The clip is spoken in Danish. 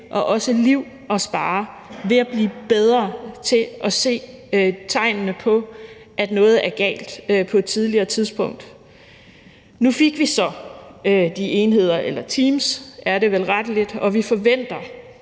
og også liv at spare ved at blive bedre til at se tegnene på, at noget er galt, på et tidligere tidspunkt. Nu fik vi så de enheder eller teams, som det vel rettelig er, og vi forventer,